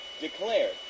declared